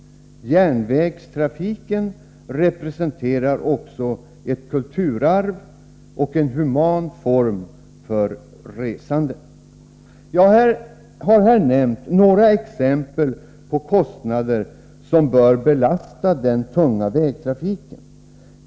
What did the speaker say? Järnvägstrafiken representerar ett kulturarv och erbjuder en human form av resande. Jag har här nämnt exempel på kostnader som bör belasta den tunga vägtrafiken.